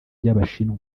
by’abashinwa